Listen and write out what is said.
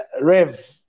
Rev